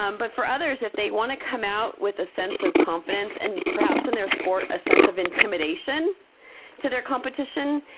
um but for others, if they want to come out with a sense of confidence, and perhaps in their sport a sense of intimidation to their competition,